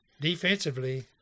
defensively